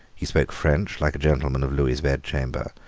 he spoke french like a gentleman of lewis's bedchamber,